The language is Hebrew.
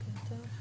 בוקר טוב.